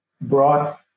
brought